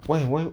why why